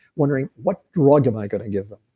wondering what drug am i going to give them?